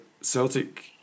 Celtic